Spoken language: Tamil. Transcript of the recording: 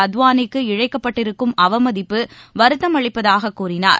அத்வானிக்கு இழைக்கப்பட்டிருக்கும் அவமதிப்பு வருத்தம் அளிப்பதாககூறினார்